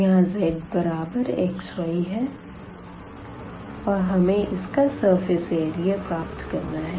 यहाँ zबराबर x y है और हमें इसका सरफेस एरिया प्राप्त करना है